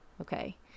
Okay